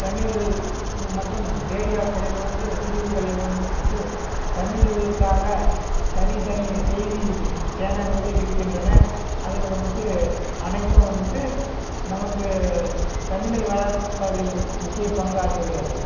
தமிழ் மற்றும் ரேடியோக்களில் வந்து டிவிக்களை வந்துவிட்டு தமிழுக்காக தனித்தனி செய்தி சேனல்களே இருக்கின்றன அதில் வந்துட்டு அனைத்தும் வந்துட்டு நமக்கு தமிழை வளர்ப்பதில் முக்கியப்பங்காற்றுகிறது